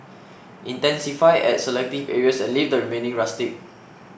intensify at selective areas and leave the remaining rustic